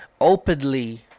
openly